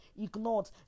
ignored